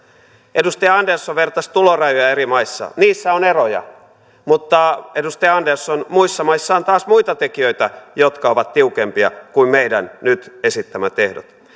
edustaja andersson vertasi tulorajoja eri maissa niissä on eroja mutta edustaja andersson muissa maissa on taas muita tekijöitä jotka ovat tiukempia kuin meidän nyt esittämämme ehdot